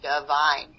divine